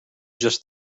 just